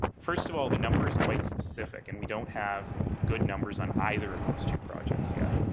first of all, the number is quite specific. and we don't have good numbers on either of those two projects yet.